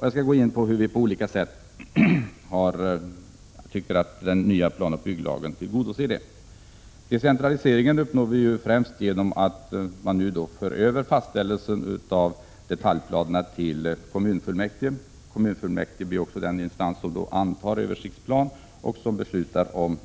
Jag skall gå in på hur den nya planoch bygglagen på olika sätt tillgodoser detta. Decentralisering uppnås främst genom att fastställelsen av detaljplanerna förs över till kommunfullmäktige, som också blir den instans som antar översiktsplan och beslutar om